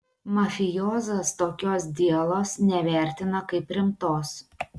mafijozas tokios dielos nevertina kaip rimtos